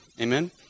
Amen